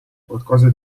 qualcosa